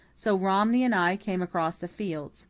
so romney and i came across the fields.